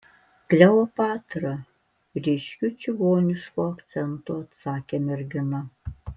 kleopatra ryškiu čigonišku akcentu atsakė mergina